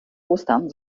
ostern